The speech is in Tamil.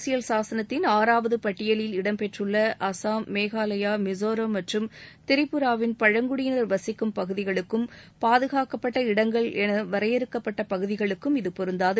அரசியல் சாசனத்தின் ஆறாவது பட்டியலில் இடம்பெற்றுள்ள அசாம் மேகாலயா மிசோரம் மற்றும் திரிபுராவின் பழங்குடியினர் வசிக்கும் பகுதிகளுக்கும் பாதுகாக்கப்பட்ட இடங்கள் என வரையறுக்கப்பட்ட பகுதிகளுக்கும் இது பொருந்தாது